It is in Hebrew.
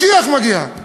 משיח מגיע.